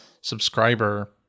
subscriber